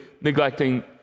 neglecting